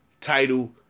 title